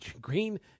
Green